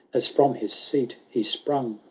as from his seat he sprung.